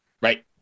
Right